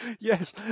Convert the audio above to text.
Yes